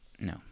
No